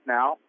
now